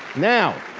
now,